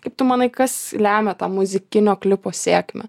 kaip tu manai kas lemia tą muzikinio klipo sėkmę